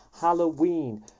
Halloween